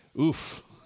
oof